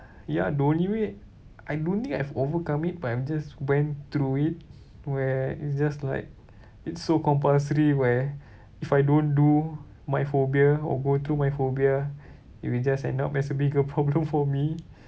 ya the only way I don't think I have overcome it but I'm just went through it where it's just like it's so compulsory where if I don't do my phobia or go through my phobia it just end up as a bigger problem for me